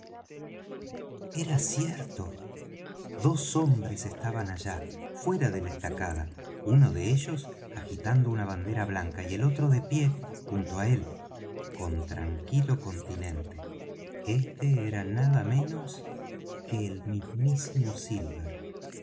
era cierto dos hombres estaban allá fuera de la estacada uno de ellos agitando una bandera blanca y el otro de pie junto á él con tranquilo continente este era nada menos que el mismísimo silver